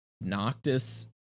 Noctis